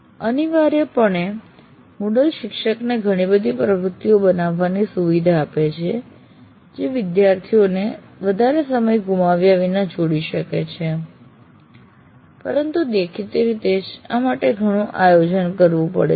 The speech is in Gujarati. અનિવાર્યપણે MOODLE શિક્ષકને ઘણી બધી પ્રવૃત્તિઓ બનાવવાની સુવિધા આપે છે જે વિદ્યાર્થીઓને વધારે સમય ગુમાવ્યા વિના જોડી શકે છે પરંતુ દેખીતી રીતે જે આ માટે ઘણું આયોજન કરવું પડે છે